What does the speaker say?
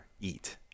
eat